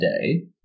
today